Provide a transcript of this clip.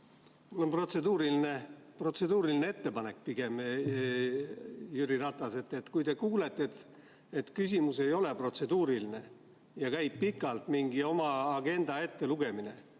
on protseduuriline ettepanek pigem. Jüri Ratas, kui te kuulete, et küsimus ei ole protseduuriline ja käib pikalt mingi oma agenda ettelugemine,